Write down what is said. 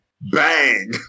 bang